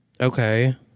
Okay